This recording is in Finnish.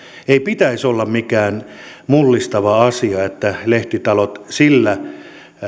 ei pitäisi olla mikään mullistava asia että lehtitalot sillä